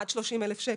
עד 30,000 שקלים.